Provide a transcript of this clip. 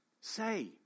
say